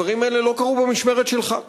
שהדברים האלה לא קרו במשמרת שלך.